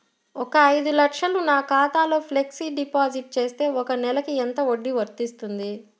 ఒక ఐదు లక్షలు నా ఖాతాలో ఫ్లెక్సీ డిపాజిట్ చేస్తే ఒక నెలకి ఎంత వడ్డీ వర్తిస్తుంది?